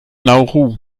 nauru